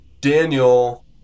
Daniel